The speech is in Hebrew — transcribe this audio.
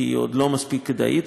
כי היא עוד לא מספיק כדאית,